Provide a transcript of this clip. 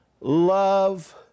love